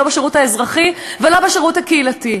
לא בשירות האזרחי ולא בשירות הקהילתי.